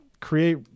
create